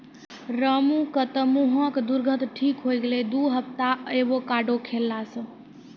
रामू के तॅ मुहों के दुर्गंध ठीक होय गेलै दू हफ्ता एवोकाडो खैला स